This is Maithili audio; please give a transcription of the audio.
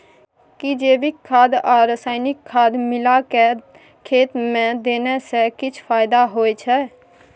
कि जैविक खाद आ रसायनिक खाद मिलाके खेत मे देने से किछ फायदा होय छै?